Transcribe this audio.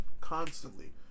constantly